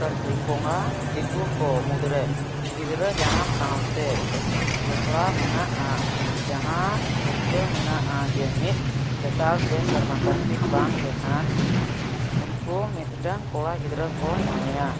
ᱠᱟᱨᱛᱤᱠ ᱵᱚᱸᱜᱟ ᱫᱤᱠᱩ ᱠᱚ ᱢᱩᱫᱽᱨᱮ ᱜᱤᱫᱽᱨᱟᱹ ᱡᱟᱱᱟᱢ ᱥᱟᱶᱛᱮ ᱡᱚᱯᱣᱟᱲ ᱢᱮᱱᱟᱜᱼᱟ ᱡᱟᱦᱟᱸ ᱯᱟᱹᱛᱭᱟᱹᱣ ᱢᱮᱱᱟᱜᱼᱟ ᱡᱮ ᱢᱤᱫ ᱞᱮᱛᱟᱲ ᱯᱮ ᱥᱮᱨᱢᱟ ᱠᱟᱨᱛᱤᱠ ᱵᱟᱝ ᱞᱮᱠᱷᱟᱱ ᱩᱱᱠᱩ ᱢᱤᱫᱴᱟᱝ ᱠᱚᱲᱟ ᱜᱤᱫᱽᱨᱟᱹ ᱠᱚ ᱧᱟᱢᱮᱭᱟ